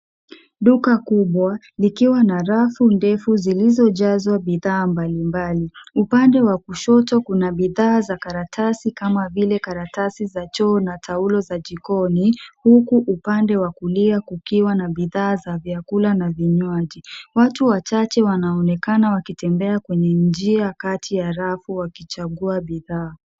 Duka kubwa likiwa na rafu ndefu zilizojazwa bidhaa mbalimbali. Upande wa kushoto kuna bidhaa za karatasi kama vile karatasi za choo na taulo za jikoni huku upande wa kulia kukiwa na bidhaa za vyakula na vinywaji. Watu wachache wanaonekana wakitembea kwenye njia kati ya rafu wakichagua bidhaa.